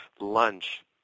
lunch